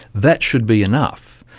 that should be enough.